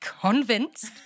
convinced